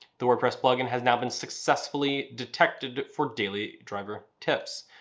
the wordpress plugin has now been successfully detected for daily driver tips.